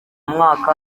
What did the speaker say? mwaka